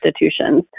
institutions